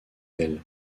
elle